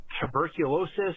tuberculosis